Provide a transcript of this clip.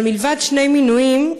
אבל מלבד שני מינויים,